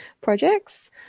projects